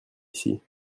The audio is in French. ici